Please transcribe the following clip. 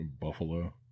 Buffalo